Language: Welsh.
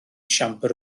siambr